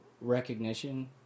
recognition